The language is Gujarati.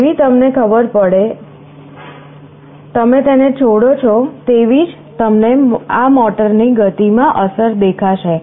જેવી તમે તને છોડો છો તેવી જ તમને મોટરની ગતિમાં અસર દેખાશે